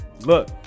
Look